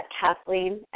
kathleen